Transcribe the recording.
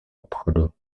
obchodu